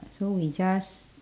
so we just